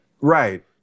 right